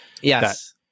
Yes